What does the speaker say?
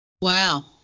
wow